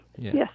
Yes